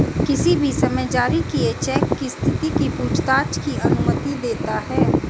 किसी भी समय जारी किए चेक की स्थिति की पूछताछ की अनुमति देता है